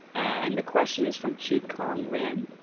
and the question is from chi kon lin.